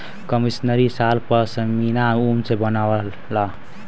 कसमीरी साल पसमिना ऊन से बनला